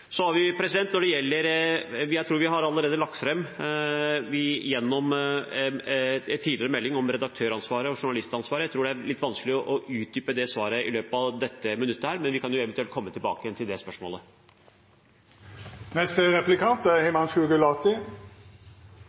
Jeg tror vi allerede har lagt fram dette i en tidligere melding om redaktøransvaret og journalistansvaret. Jeg tror det er litt vanskelig å utdype det svaret i løpet av dette minuttet, men vi kan eventuelt komme tilbake til det